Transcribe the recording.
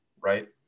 right